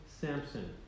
Samson